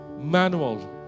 manual